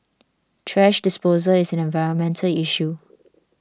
thrash disposal is an environmental issue